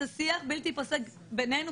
זה שיח בלתי פוסק בינינו,